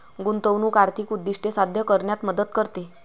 गुंतवणूक आर्थिक उद्दिष्टे साध्य करण्यात मदत करते